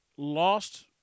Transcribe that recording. lost